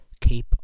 keep